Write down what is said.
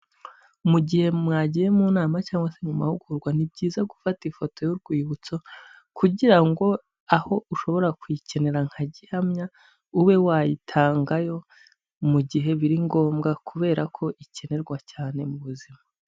Mu gihe mwagiye mu nama cyangwa se mu mahugurwa, ni byiza gufata ifoto y'urwibutso kugira ngo aho ushobora kuyikenera nka gihamya ube wayitangayo, mu gihe biri ngombwa kubera ko ikenerwa cyane mu buzima.